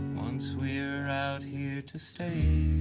once we're out here to stay